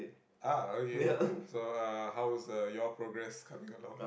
ah okay so uh how's uh your progress coming along